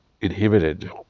inhibited